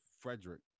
Frederick